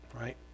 right